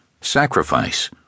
sacrifice